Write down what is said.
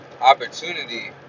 opportunity